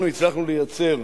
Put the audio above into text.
אנחנו הצלחנו לייצר,